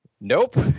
nope